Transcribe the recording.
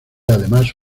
además